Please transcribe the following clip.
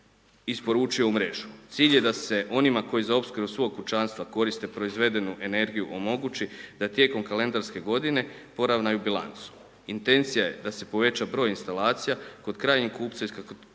isporučio u mrežu. Cilj je da se onima koji za opskrbu svog kućanstva koriste proizvedenu energiju omogući da tijekom kalendarske godine poravnaju bilancu. Intencija je da se poveća broj instalacija kod krajnjeg kupca iz